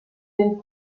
den